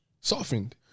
softened